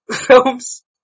films